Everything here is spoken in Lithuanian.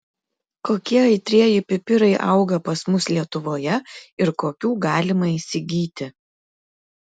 kokie aitrieji pipirai auga pas mus lietuvoje ir kokių galima įsigyti